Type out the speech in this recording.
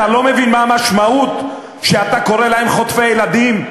אתה לא מבין מה המשמעות שאתה קורא להם חוטפי ילדים?